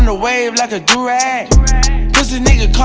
and wave like a du-rag pussy nigga